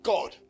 God